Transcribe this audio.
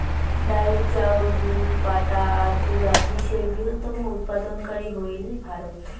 ডাইল, চাউল, দুধ, পাটা আর তুলাত বিশ্বের বৃহত্তম উৎপাদনকারী হইল ভারত